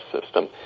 system